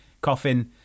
coffin